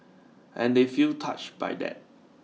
and they feel touched by that